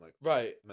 Right